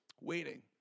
waiting